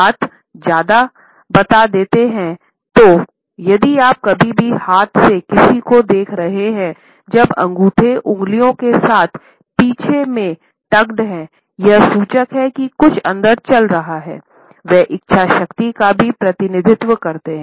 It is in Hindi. हाथ ज्यादा बता देता हैं तो यदि आप कभी भी हाथ से किसी को देख रहे हैं जब अंगूठे उंगलियों के साथ पीछे में टकेद हैं यह सूचक हैं कि कुछ अंदर चल रहा हैं वह इच्छा शक्ति का भी प्रतिनिधित्व करता है